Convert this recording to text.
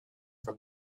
from